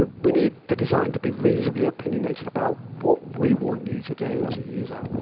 we need the design to be reasonably opinionated about what we want you to do as a user.